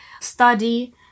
study